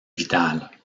vitale